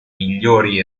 migliori